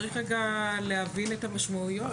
צריך רגע להבין את המשמעויות.